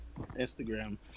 Instagram